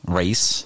race